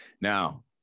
now